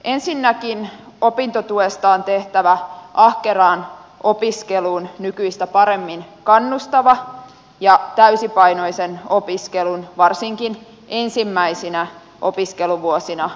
ensinnäkin opintotuesta on tehtävä ahkeraan opiskeluun nykyistä paremmin kannustava ja täysipainoisen opiskelun varsinkin ensimmäisinä opiskeluvuosina mahdollistava